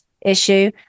issue